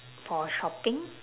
for shopping